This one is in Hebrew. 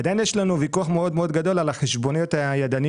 עדיין יש לנו ויכוח מאוד מאוד גדול על החשבוניות הידניות.